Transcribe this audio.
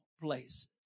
places